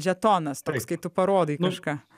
žetonas toks kai tu parodai kažką